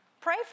Pray